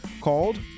called